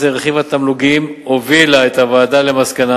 לרכיב התמלוגים הובילה את הוועדה למסקנה